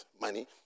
money